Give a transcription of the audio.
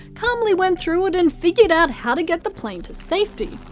calmly went through it, and figured out how to get the plane to safety.